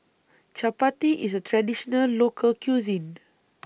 Chappati IS A Traditional Local Cuisine